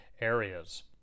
areas